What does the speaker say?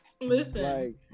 Listen